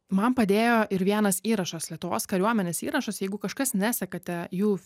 man padėjo ir vienas įrašas lietuvos kariuomenės įrašas jeigu kažkas nesekate jų